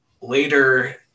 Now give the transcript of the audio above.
later